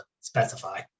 specify